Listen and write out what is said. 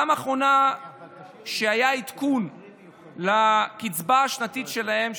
הפעם האחרונה שהיה עדכון לקצבה השנתית שלהם,